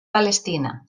palestina